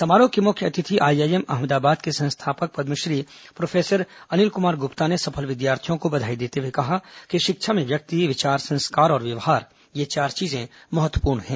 समारोह के मुख्य अतिथि आईआईएम अहमदाबाद के संस्थापक पद्मश्री प्रोफेसर अनिल कुमार गुप्ता ने सफल विद्यार्थियों को बधाई देते हुए कहा कि शिक्षा में व्यक्ति विचार संस्कार और व्यवहार ये चार चीजें महत्वपूर्ण हैं